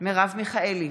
מרב מיכאלי,